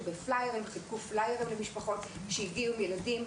בפלאיירים אותם הם חילקו למשפחות שהגיעו עם הילדים.